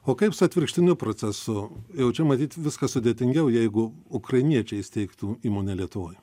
o kaip su atvirkštiniu procesu jau čia matyt viskas sudėtingiau jeigu ukrainiečiai steigtų įmonę lietuvoj